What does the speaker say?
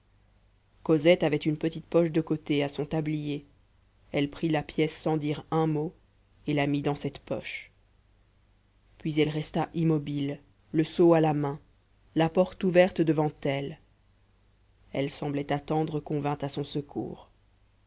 cosette avait une petite poche de côté à son tablier elle prit la pièce sans dire un mot et la mit dans cette poche puis elle resta immobile le seau à la main la porte ouverte devant elle elle semblait attendre qu'on vînt à son secours